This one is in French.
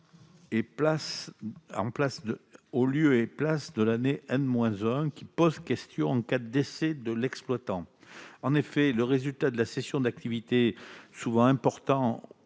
en lieu et place de l'année pose question en cas de décès de l'exploitant. En effet, le résultat de cessation d'activité, souvent important